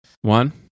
One